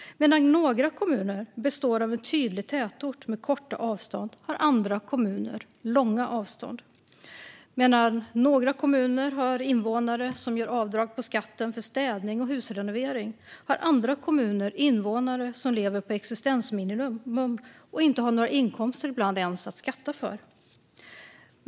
Medan några kommuner består av en tydlig tätort med korta avstånd har andra kommuner långa avstånd. Medan några kommuner har invånare som gör avdrag på skatten för städning och husrenovering har andra kommuner invånare som lever på existensminimum och ibland inte ens har några inkomster att skatta för.